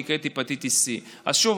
שנקראת הפטיטיס C. אז שוב,